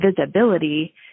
visibility